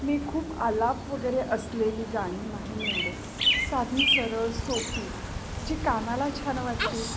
मी खूप आलाप वगैरे असलेली गाणी नाही निवडत साधी सरळ सोपी जी कानाला छान वाटतील